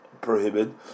prohibited